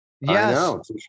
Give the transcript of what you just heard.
Yes